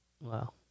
Wow